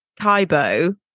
Kaibo